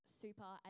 super